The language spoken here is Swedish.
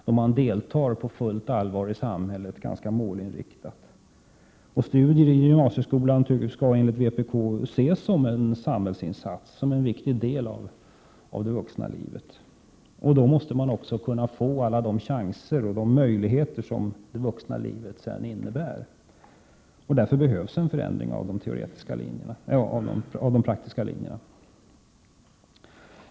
Då deltar man på fullt allvar i samhället och ganska målinriktat. Studier i gymnasieskolan skall enligt vpk ses som en samhällsinsats, som en viktig del av det vuxna livet. Då måste ungdomarna också få alla de chanser och de möjligheter som det vuxna livet innebär. Därför behövs också förändringar när det gäller de praktiska linjerna.